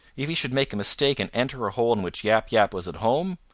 if he should make a mistake and enter a hole in which yap yap was at home,